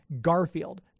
Garfield